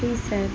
please sir